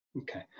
Okay